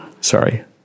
sorry